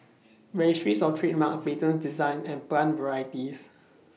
Registries of Trademarks Patents Designs and Plant Varieties